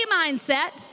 mindset